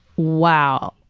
wow.